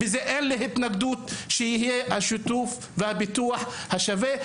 אין לי התנגדות שיהיה השיתוף והפיתוח השווה,